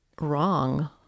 wrong